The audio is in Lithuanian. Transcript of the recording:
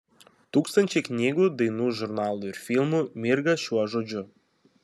tūkstančiai knygų dainų žurnalų ir filmų mirga šiuo žodžiu